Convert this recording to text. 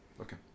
Okay